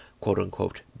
quote-unquote